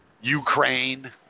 Ukraine